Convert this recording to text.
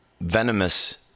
venomous